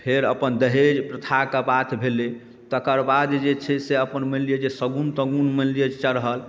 फेर अपन दहेज प्रथाके बात भेलै तकर बाद जे छै से अपन मानि लिऽ जे शगुन तगुन मानि लिऽ चढ़ल